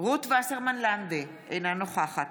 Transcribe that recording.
בהצבעה רות וסרמן לנדה, אינה נוכחת